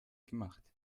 gemacht